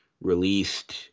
released